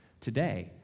today